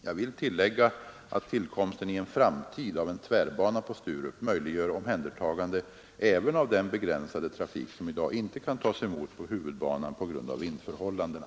Jag vill tillägga att tillkomsten i en framtid av en tvärbana på Sturup möjliggör omhändertagande även av den begränsade trafik som i dag inte kan tas emot på huvudbanan på grund av vindförhållandena.